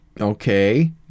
Okay